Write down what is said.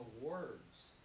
words